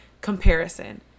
comparison